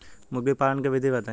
मुर्गी पालन के विधि बताई?